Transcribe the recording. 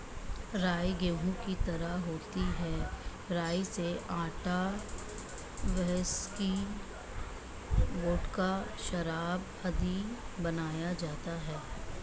राई गेहूं की तरह होती है राई से आटा, व्हिस्की, वोडका, शराब आदि बनाया जाता है